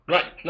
Right